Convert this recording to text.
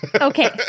Okay